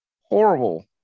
Horrible